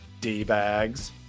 D-bags